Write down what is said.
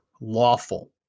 lawful